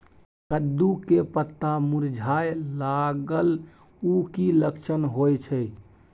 कद्दू के पत्ता मुरझाय लागल उ कि लक्षण होय छै?